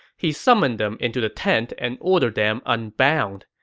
he summoned them into the tent and ordered them unbound.